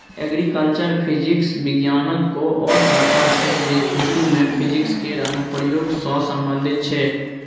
agriculture physics बिज्ञानक ओ शाखा छै जे खेती मे फिजिक्स केर अनुप्रयोग सँ संबंधित छै